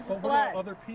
blood